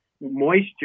moisture